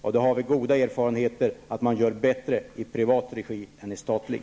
Vi har erfarenhet av att man gör det bättre i privat regi än i statlig.